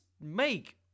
make